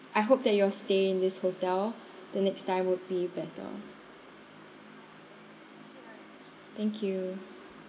I hope that your stay in this hotel the next time would be better thank you